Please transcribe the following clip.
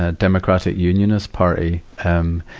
ah democratic unionist party, um,